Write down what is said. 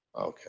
Okay